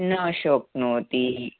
न शोक्नोति